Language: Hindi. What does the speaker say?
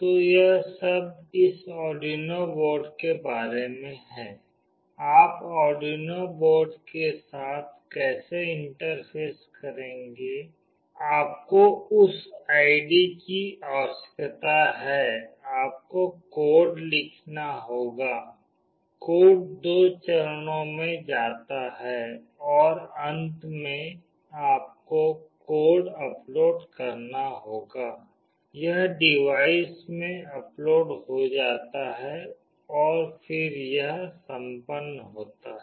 तो यह सब इस आर्डुइनो बोर्ड के बारे में है आप आर्डुइनो बोर्ड के साथ कैसे इंटरफेस करेंगे आपको उस आईडी की आवश्यकता है आपको कोड लिखना होगा कोड 2 चरणों में जाता है और अंत में आपको कोड अपलोड करना होगा यह डिवाइस में अपलोड हो जाता है और फिर यह संपन्न होता है